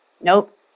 nope